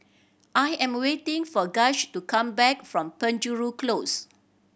I am waiting for Gaige to come back from Penjuru Close